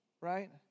Right